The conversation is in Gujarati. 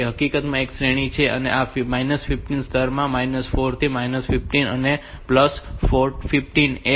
હકીકતમાં આ એક શ્રેણી છે તો આ 15 વાસ્તવમાં 4 થી 15 છે અને 15 એ 4 થી 15 છે